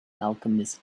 alchemist